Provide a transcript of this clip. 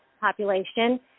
population